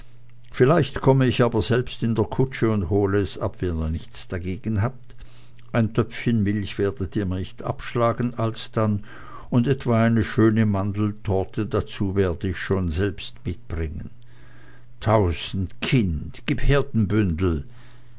vielleicht komme ich aber selbst in der kutsche und hole es ab wenn ihr nichts dagegen habt ein töpfchen milch werdet ihr mir nicht abschlagen alsdann und etwa eine schöne mandeltorte dazu werde ich schon selbst mitbringen tausendskind gib